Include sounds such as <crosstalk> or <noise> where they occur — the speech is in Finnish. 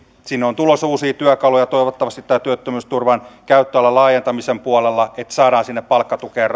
sinne on tulossa uusia työkaluja toivottavasti tämän työttömyysturvan käyttöalan laajentamisen puolella että saadaan sinne palkkatukeen <unintelligible>